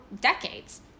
decades